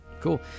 Cool